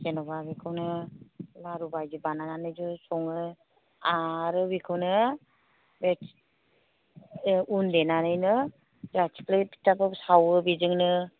जेनेबा बेखौनो लारु बायदि बानायनानै ज' सङो आरो बेखौनो बे अन देनानैनो जोंहा थिख्लि फिथाखौ सावो बेजोंनो